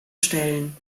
stellen